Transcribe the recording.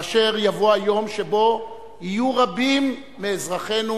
כאשר יבוא היום שבו יהיו רבים מאזרחינו